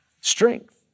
Strength